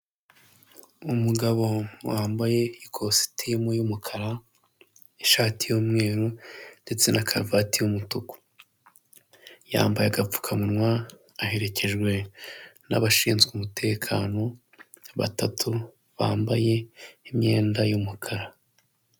Umugabo wambaye ikositimu y'umukara, ishati y'umweru ndetse na karuvati y'umutuku, yambaye agapfukamunwa aherekejwe n'abashinzwe umutekano batatu bambaye imyenda y'umukara.